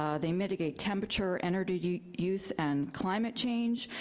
um they mitigate temperature, energy use, and climate change.